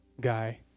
guy